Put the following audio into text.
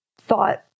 thought